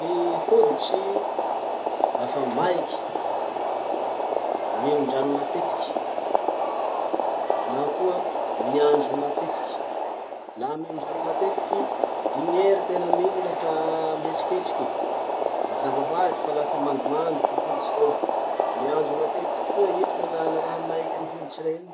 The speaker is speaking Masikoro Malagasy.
Ny holitsy lafa maiky, minondrano matetiky, na koa miandro matetiky. Laha minondrano matetiky, lignery tena amininy lafa mihetsiketsiky. Mazava hoazy fa lasa mandomando ty holitsy tena. Miandro matetiky koa iny manala raha maiky amy holitsy reny.